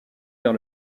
vers